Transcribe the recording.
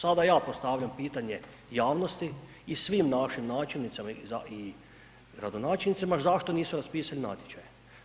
Sada ja postavljam pitanje javnosti i svim našim načelnicima i gradonačelnicima, zašto nisu raspisani natječaji?